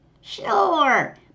Sure